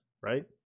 right